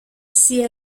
s’y